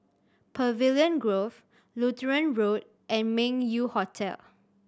Pavilion Grove Lutheran Road and Meng Yew Hotel